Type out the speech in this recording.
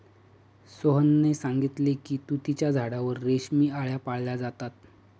सोहनने सांगितले की तुतीच्या झाडावर रेशमी आळया पाळल्या जातात